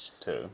two